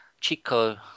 Chico